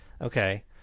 okay